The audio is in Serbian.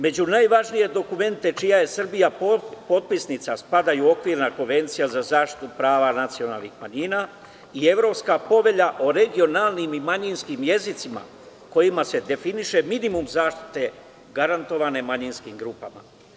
Među najvažnije dokumente čija je Srbija potpisnica spadaju okvirna Konvencija za zaštitu prava nacionalnih manjina i Evropska povelja o regionalnim i manjinskim jezicima kojima se definiše minimum zaštite garantovane manjinskim grupama.